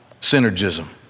synergism